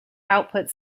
output